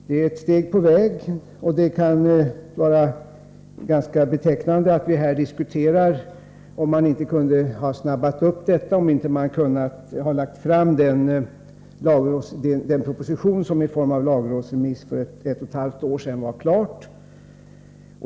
Det är ett steg på väg, och det kan vara ganska betecknande att vi här diskuterar om man inte hade kunnat driva arbetet snabbare och lägga fram den proposition som i form av en lagrådsremiss för ett och ett halvt år sedan var klar.